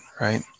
right